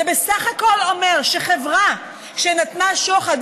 זה בסך הכול אומר שחברה שנתנה שוחד,